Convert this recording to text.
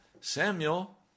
Samuel